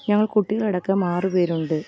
ഞങ്ങൾ കുട്ടികളടക്കം ആറ് പേരുണ്ട്